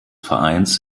vereins